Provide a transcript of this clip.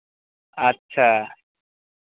अच्छा